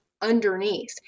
underneath